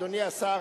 אדוני השר,